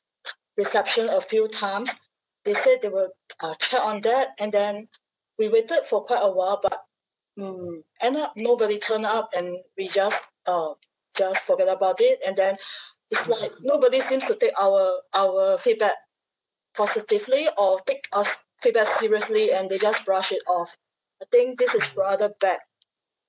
reception a few times they say they will uh check on that and then we waited for quite a while but mm end up nobody turned up and we just um just forget about it and then it's like nobody seems to take our our feedback positively or take ours feedback seriously and they just brush it off I think this is rather bad